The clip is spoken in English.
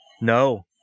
no